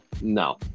No